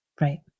right